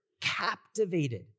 captivated